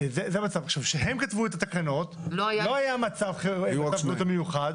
כשהם כתבו את התקנות, לא היה מצב בריאות מיוחד.